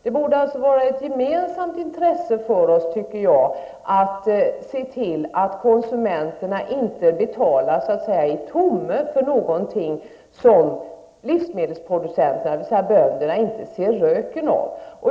Det borde alltså vara ett gemensamt intresse för oss att se till att konsumenterna inte betalar ''i tomme'' för någonting som livsmedelsproducenterna, dvs. bönderna, inte har sett röken av.